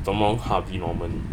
Harvey Norman